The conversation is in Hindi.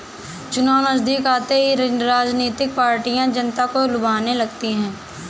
चुनाव नजदीक आते ही राजनीतिक पार्टियां जनता को लुभाने लगती है